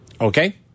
okay